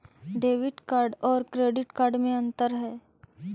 Debit card और credit card में अन्तर है?